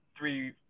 three